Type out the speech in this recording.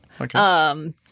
Okay